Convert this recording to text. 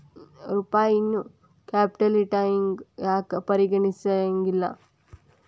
ರೂಪಾಯಿನೂ ಕ್ಯಾಪಿಟಲ್ನ್ಯಾಗ್ ಯಾಕ್ ಪರಿಗಣಿಸೆಂಗಿಲ್ಲಾ?